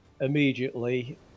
immediately